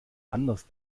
anders